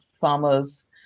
farmers